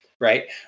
right